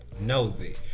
nosy